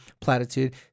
platitude